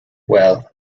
well